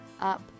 up